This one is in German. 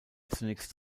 zunächst